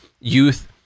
youth